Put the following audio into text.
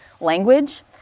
language